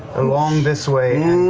along this way,